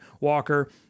Walker